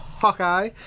Hawkeye